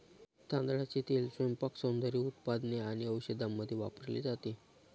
तांदळाचे तेल स्वयंपाक, सौंदर्य उत्पादने आणि औषधांमध्ये वापरले जाते